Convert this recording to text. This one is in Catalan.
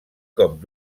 cop